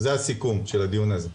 זה הסיכום של הדיון הזה.